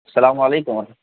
السّلام علیکم و رحم